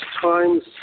Times